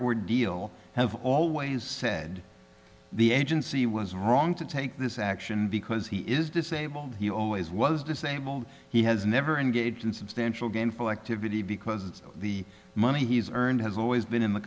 ordeal have always said the agency was wrong to take this action because he is disabled he always was disabled he has never engaged in substantial gainful activity because the money he's earned has always been in the